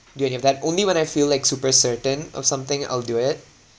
do any of that only when I feel like super certain of something I'll do it